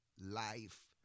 life